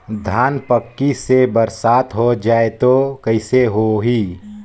धान पक्की से बरसात हो जाय तो कइसे हो ही?